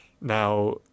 Now